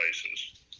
places